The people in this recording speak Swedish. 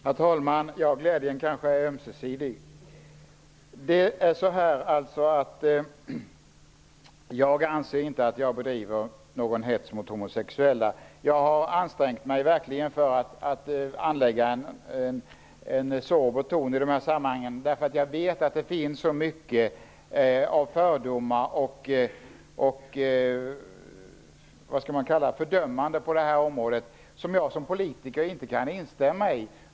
Herr talman! Glädjen kanske är ömsesidig. Jag anser inte att jag bedriver någon hets mot homosexuella. Jag har verkligen ansträngt mig för att anlägga en sober ton i de här sammanhangen, därför att jag vet att det finns så mycket av fördomar och fördömanden på det här området som jag som politiker inte kan instämma i.